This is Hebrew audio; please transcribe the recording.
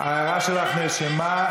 ההערה שלך נרשמה.